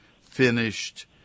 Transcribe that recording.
finished